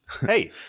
Hey